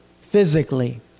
physically